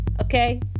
okay